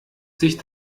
sich